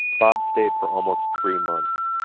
bob stayed for almost three months